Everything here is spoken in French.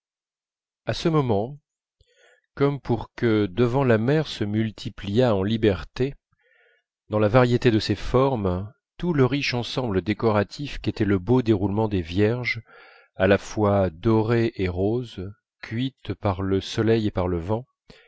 à ce moment comme pour que devant la mer se multipliât en liberté dans la variété de ses formes tout le riche ensemble décoratif qu'était le beau déroulement des vierges à la fois dorées et roses cuites par le soleil et par le vent